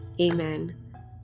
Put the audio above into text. amen